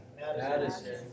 Madison